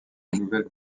nouvelle